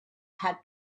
had